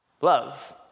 love